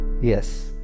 Yes